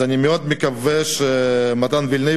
אז אני מקווה מאוד שמתן וילנאי,